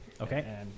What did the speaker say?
okay